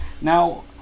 Now